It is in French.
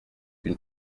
une